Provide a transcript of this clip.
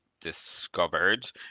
discovered